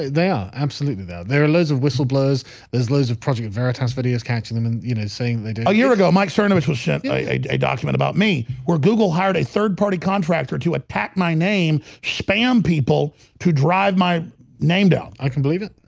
um absolutely there there are loads of whistle blows there's loads of project veritas videos catching them and you know saying they did a year ago mike stern which was a a document about me where google hired a third party contractor to attack my name spam people who drive my name down. i can believe it.